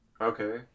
Okay